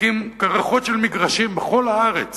שמחזיקים קרחות של מגרשים בכל הארץ